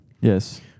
Yes